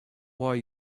why